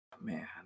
man